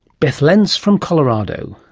beth lens from colorado,